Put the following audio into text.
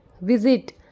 Visit